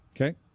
okay